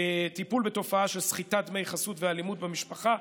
טיפול בתופעה של סחיטת דמי חסות ואלימות במשפחה,